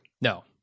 No